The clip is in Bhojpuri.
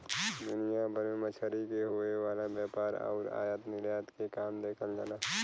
दुनिया भर में मछरी के होये वाला व्यापार आउर आयात निर्यात के काम देखल जाला